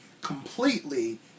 completely